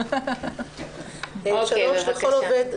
בבקשה.